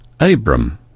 Abram